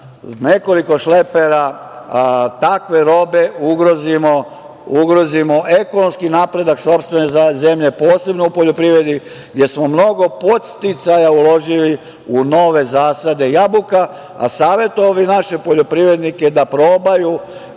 nekoliko šlepera takve robe ugrozimo ekonomski napredak sopstvene zemlje, posebno u poljoprivredi, jer smo mnogo podsticaja uložili u nove zasade jabuka. Savetovao bih naše poljoprivrednike da probaju